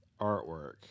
artwork